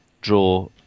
draw